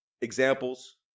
examples